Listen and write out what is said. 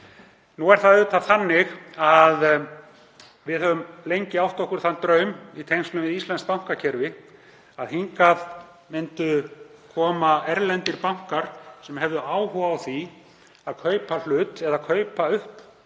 tortryggni sé minni en ella. Við höfum lengi átt okkur þann draum í tengslum við íslenskt bankakerfi að hingað myndu koma erlendir bankar sem hefðu áhuga á því að kaupa hlut eða kaupa upp